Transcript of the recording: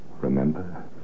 Remember